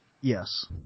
Yes